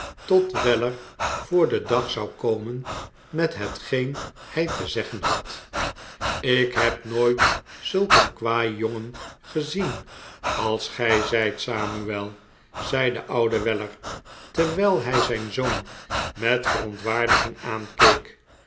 club weller voor den dag zou komen met hetgeen hij te zeggen had ik heb nooit zulk een kwajongen gezien als gij zijt samuel zei de oude weller terwijl hij zijn zoon met verontwaardiging aankeekj